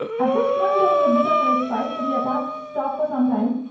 at this point, there was a bit of a respite. so the attacks stopped for some time.